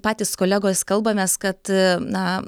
patys kolegos kalbamės kad na